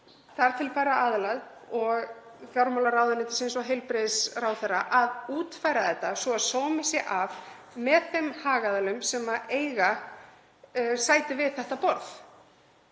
þar til bærra aðila, fjármálaráðuneytisins og heilbrigðisráðherra, að útfæra þetta svo að sómi sé að með þeim hagaðilum sem eiga sæti við þetta borð.